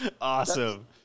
awesome